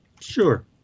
Sure